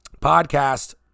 podcast